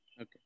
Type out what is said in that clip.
Okay